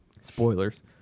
spoilers